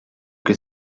que